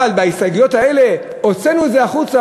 אבל בהסתייגויות האלה הוצאנו את זה החוצה.